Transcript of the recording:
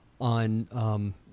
on